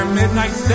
midnight